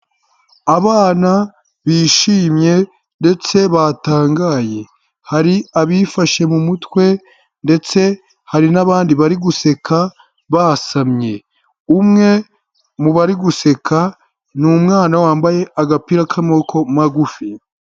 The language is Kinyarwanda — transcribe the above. Abana bishimye ndetse batangaye hari abifashe m'umutwe ndetse hari n'abandi bari guseka basamye umwe mu bari guseka n'umwana wambaye agapira k'amaboko magufi.